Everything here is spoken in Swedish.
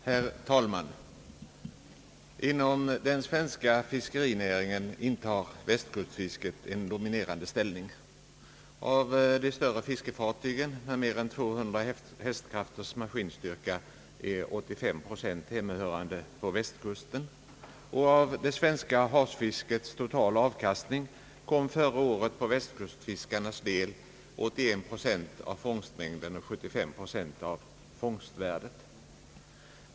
Herr talman! Inom den svenska fiskerinäringen intar västkustfisket en dominerande ställning. Av de större fiskefartygen — med mer än 200 hästkrafters maskinstyrka — är 85 procent hemmahörande på västkusten. Av det svenska havsfiskets totala avkastning kom förra året på västkustfiskarnas del 81 procent av fångstmängden och 75 procent av fångsvärdet.